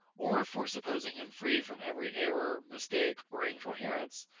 or for supposing him free from every error, mistake, or incoherence,